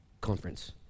Conference